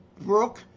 Brooke